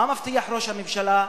מה מבטיח ראש הממשלה,